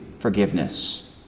Forgiveness